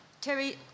Terry